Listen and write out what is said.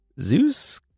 Zeus